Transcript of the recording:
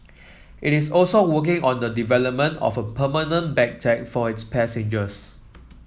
it is also working on the development of a permanent bag tag for its passengers